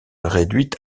réduite